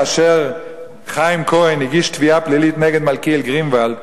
כאשר חיים כהן הגיש תביעה פלילית נגד מלכיאל גרינוולד,